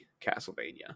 Castlevania